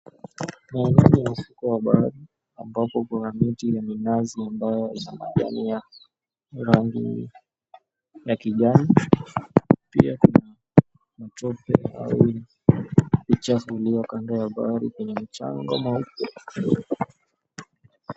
Mandhari ya ufukwe wa bahari ambapo kuna miti ya minazi ambayo ina matawi ya rangi ya kijani, pia kuna matope au uchafu ulio kando ya bahari kwenye mchanga mweupe.